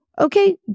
Okay